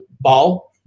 Ball